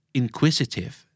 inquisitive